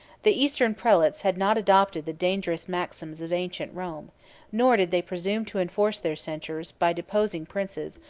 the eastern prelates had not adopted the dangerous maxims of ancient rome nor did they presume to enforce their censures, by deposing princes,